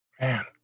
Man